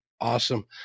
awesome